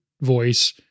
voice